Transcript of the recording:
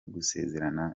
gusezerana